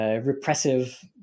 repressive